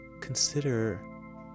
consider